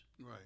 Right